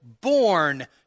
born